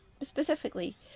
specifically